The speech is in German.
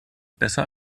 besser